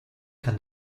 kann